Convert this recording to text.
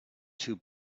two